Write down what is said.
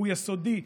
הוא יסודי,